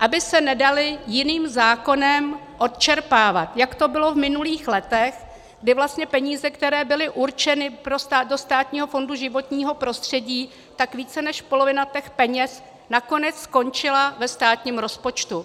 aby se nedaly jiným zákonem odčerpávat, jak to bylo v minulých letech, kdy vlastně peníze, které byly určeny do Státního fondu životního prostředí, tak více než polovina těch peněz nakonec skončila ve státním rozpočtu.